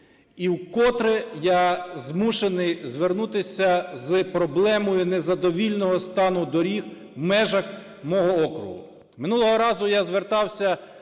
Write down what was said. І вкотре я змушений звернутися з проблемою незадовільного стану доріг в межах мого округу. Минулого разу я звертався